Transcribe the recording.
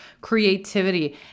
creativity